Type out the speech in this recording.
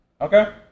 Okay